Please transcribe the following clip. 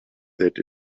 that